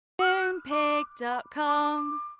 Moonpig.com